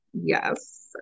Yes